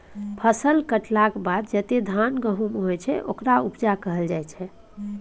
फसल कटलाक बाद जतेक धान गहुम होइ छै ओकरा उपजा कहल जाइ छै